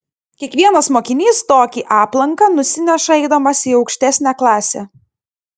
kiekvienas mokinys tokį aplanką nusineša eidamas į aukštesnę klasę